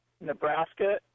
Nebraska